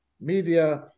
media